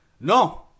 No